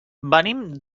venim